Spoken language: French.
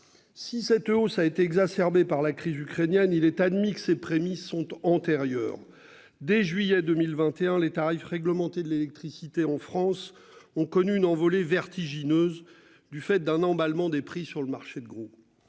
Si cette hausse a été exacerbée par la crise ukrainienne. Il est admis que ces prémices sont antérieurs. Dès juillet 2021, les tarifs réglementés de l'électricité en France ont connu une envolée vertigineuse du fait d'un emballement des prix sur le marché de gros.